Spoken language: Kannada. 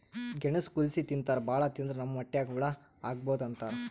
ಗೆಣಸ್ ಕುದಸಿ ತಿಂತಾರ್ ಭಾಳ್ ತಿಂದ್ರ್ ನಮ್ ಹೊಟ್ಯಾಗ್ ಹಳ್ಳಾ ಆಗಬಹುದ್ ಅಂತಾರ್